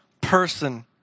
person